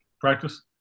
Practice